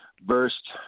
Burst